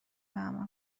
تحمل